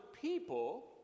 people